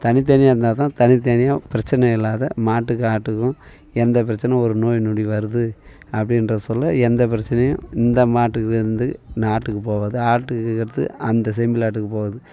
தனித்தனியாக இருந்தால் தான் தனித்தனியாக பிரச்சனை இல்லாம மாட்டுக்கும் ஆட்டுக்கும் எந்த பிரச்சனை ஒரு நோய் நொடி வருது அப்படின்ற சொல்ல எந்த பிரச்சனையும் இந்த மாட்டுட்டே இருந்து இந்த ஆட்டுக்கு போகாது ஆட்டுக்கு அடுத்து அந்த செம்மறி ஆட்டுக்கு போகாது